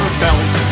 belt